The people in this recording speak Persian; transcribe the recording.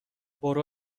برو